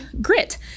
grit